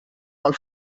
pel